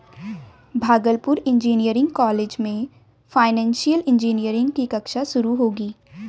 Bhagalpur engineering college में financial engineering की कक्षा शुरू होगी